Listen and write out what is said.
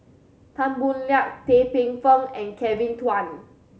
Tan Boo Liat Tan Paey Fern and Kevin Kwan